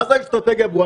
מה זה אסטרטגיה ברורה?